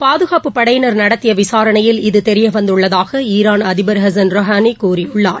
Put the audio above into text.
பாதுகாப்புப்படையினர் நடத்திய விசாரணையில் இது தெரியவந்துள்ளதாக ஈராள் அதிபர் ஹசன் ரொஹானி கூறியுள்ளார்